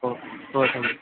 ꯍꯣꯏ ꯊꯝꯃꯦ